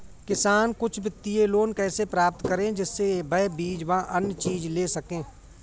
किसान कुछ वित्तीय लोन कैसे प्राप्त करें जिससे वह बीज व अन्य चीज ले सके?